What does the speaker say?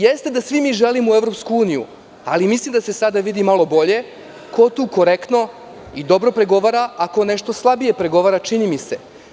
Jeste da svi mi želimo u EU, ali mislim da se sada vidi malo bolje ko tu korektno i dobro pregovara, a ko nešto slabije pregovara, čini mi se.